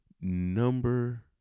number